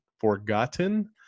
forgotten